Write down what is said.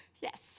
Yes